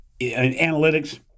analytics –